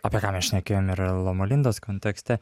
apie ką mes šnekėjom ir loma lindos kontekste